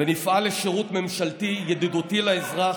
ונפעל לשירות ממשלתי ידידותי לאזרח,